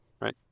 right